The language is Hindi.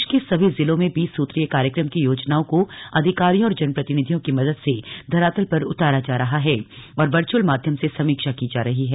प्रदेश के सभी जिलों में बीस सूत्रीय कार्यक्रम की योजनाओं को अधिकारियों और जनप्रतिनिधियों की मदद से धरातल पर उतारा जा रहा है और वर्चुअल माध्यम से समीक्षा की जा रही है